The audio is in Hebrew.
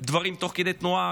דברים תוך כדי תנועה,